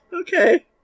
Okay